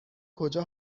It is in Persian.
کجا